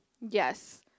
yes